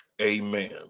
Amen